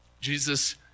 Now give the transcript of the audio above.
Jesus